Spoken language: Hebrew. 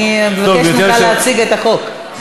אני מבקשת ממך להציג את החוק.